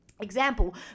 example